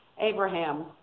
Abraham